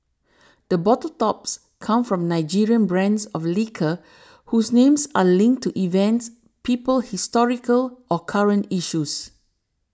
the bottle tops come from Nigerian brands of liquor whose names are linked to events people historical or current issues